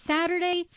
Saturday